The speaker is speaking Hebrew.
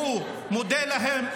שהוא מודה להם,